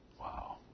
Wow